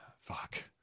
fuck